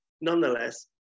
Nonetheless